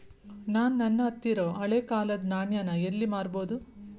ನಾ ನನ್ನ ಹತ್ರಿರೊ ಹಳೆ ಕಾಲದ್ ನಾಣ್ಯ ನ ಎಲ್ಲಿ ಮಾರ್ಬೊದು?